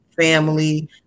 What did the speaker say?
family